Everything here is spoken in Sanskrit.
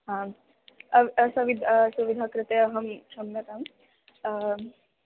आम् असुविधा असुविधायाः कृते अहं क्षम्यताम् आं